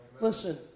Listen